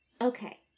Okay